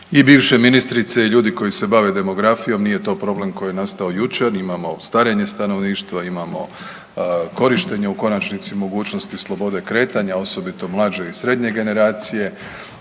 i bivši ministrice i ljudi koji se bave demografijom, nije to problem koji je nastao jučer, imamo starenje stanovništva, imamo korištenje u konačnici mogućnosti slobode kretanja, osobito mlađe i srednje generacije,